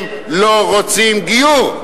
הם לא רוצים גיור.